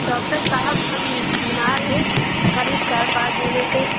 doctor صاحب ہم بیمار ہیں قریب چار پانچ دنوں سے